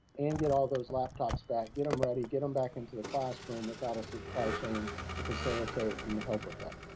and get all those laptops back, get em ready, get em back into the classroom without a supply chain to facilitate and help with that?